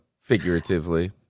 figuratively